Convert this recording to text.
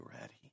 ready